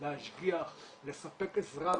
להשגיח, לספק עזרה ראשונה,